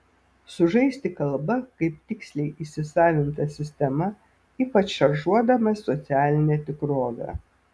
sužaisti kalba kaip tiksliai įsisavinta sistema ypač šaržuodamas socialinę tikrovę